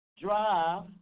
drive